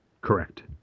Correct